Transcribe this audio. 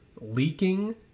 leaking